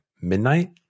midnight